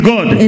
God